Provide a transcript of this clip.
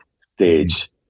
stage